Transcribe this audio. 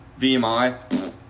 VMI